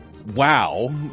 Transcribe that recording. wow